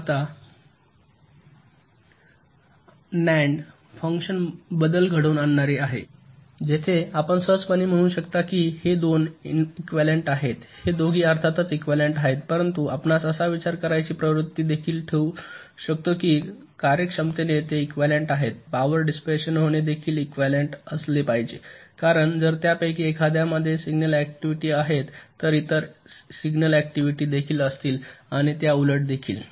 आता NAND function बदल घडवून आणणारे आहे जेथे आपण सहजपणे म्हणू शकता की हे दोन इक्व्हलेन्ट आहेत हे दोन्ही अर्थातच इक्व्हलेन्ट आहेत परंतु आपणास असा विचार करण्याची प्रवृत्ती देखील ठेऊ शकतो की कार्यक्षमतेने ते इक्व्हलेन्ट आहेत पॉवर डिसपॅशन होणे देखील इक्व्हलेन्ट असले पाहिजेत कारण जर त्यापैकी एखाद्यामध्ये सिग्नल ऍक्टिव्हिटी असेल तर इतरात सिग्नल ऍक्टिव्हिटी देखील असतील आणि त्याउलट देखील